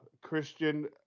Christian